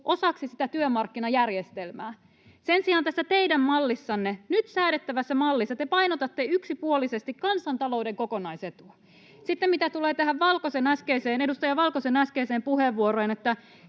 osaksi sitä työmarkkinajärjestelmää. Sen sijaan tässä teidän mallissanne, nyt säädettävässä mallissa, te painotatte yksipuolisesti kansantalouden kokonaisetua. [Jani Mäkelä: Onko se huono?